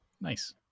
Nice